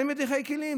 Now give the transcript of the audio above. אין מדיחי כלים?